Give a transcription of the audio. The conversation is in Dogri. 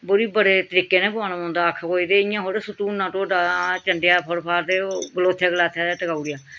बुरी बड़े तरीके कन्नै पकाना पौंदा आक्खै कोई ते इ'यां थोह्ड़ी सुट्टू उड़ना टोडा आं चंडेआ फटोफट्ट दे ओह् उस्सै गलासै टकाऊ उड़ेआ